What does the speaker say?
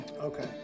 okay